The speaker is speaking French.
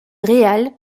réal